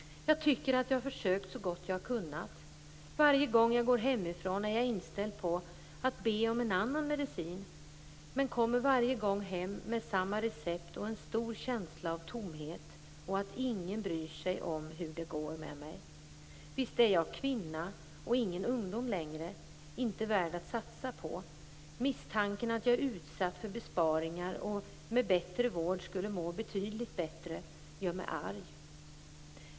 Jag tycker att jag har försökt så gott jag har kunnat. Varje gång jag går hemifrån är jag inställd på att be om en annan medicin, men kommer varje gång hem med samma recept och en stor känsla av tomhet och att ingen bryr sig om hur det går med mig. Visst är jag kvinna och ingen ungdom längre - inte värd att satsa på. Misstanken att jag är utsatt för besparingar och med bättre vård skulle må betydligt bättre gör mig arg.